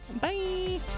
Bye